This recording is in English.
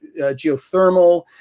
geothermal